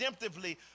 redemptively